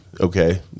Okay